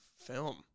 film